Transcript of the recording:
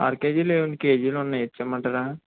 అర కేజీలు లేవండి కేజీలు ఉన్నాయి ఎచ్చేయమంటారా